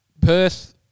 Perth